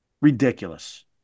Ridiculous